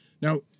now